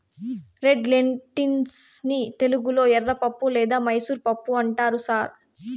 red lentils ని తెలుగులో ఎర్రపప్పు లేదా మైసూర్ పప్పు అంటారు సార్